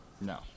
No